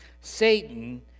Satan